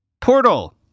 Portal